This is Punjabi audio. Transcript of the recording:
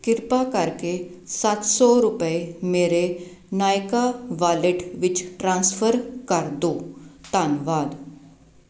ਕਿਰਪਾ ਕਰਕੇ ਸੱਤ ਸੌ ਰੁਪਏ ਮੇਰੇ ਨਾਇਕਾ ਵਾਲੇਟ ਵਿੱਚ ਟ੍ਰਾਂਸਫਰ ਕਰ ਦੋ ਧੰਨਵਾਦ